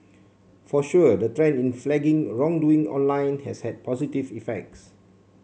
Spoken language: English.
for sure the trend in flagging wrongdoing online has had positive effects